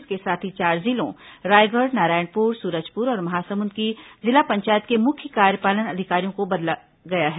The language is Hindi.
इसके साथ ही चार जिलों रायगढ़ नारायणपुर सूरजपुर और महासमुंद की जिला पंचायत के मुख्य कार्यपालन अधिकारियों को बदला गया है